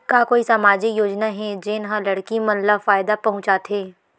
का कोई समाजिक योजना हे, जेन हा लड़की मन ला फायदा पहुंचाथे?